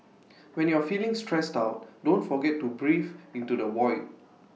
when you are feeling stressed out don't forget to breathe into the void